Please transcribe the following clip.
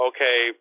Okay